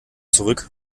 zurück